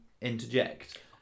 interject